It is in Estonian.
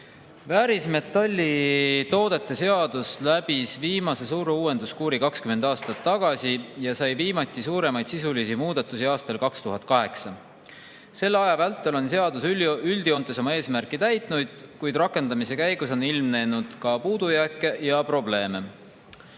Väärismetalltoodete seadus läbis viimase suure uuenduskuuri 20 aastat tagasi ja viimati tehti seal suuremaid sisulisi muudatusi aastal 2008. Selle aja vältel on seadus üldjoontes oma eesmärki täitnud, kuid rakendamise käigus on ilmnenud ka puudujääke ja probleeme.